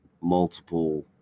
multiple